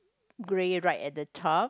gray right at the top